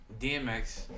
DMX